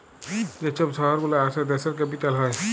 যে ছব শহর গুলা আসে দ্যাশের ক্যাপিটাল হ্যয়